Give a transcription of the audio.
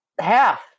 half